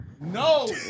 No